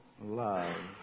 love